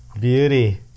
Beauty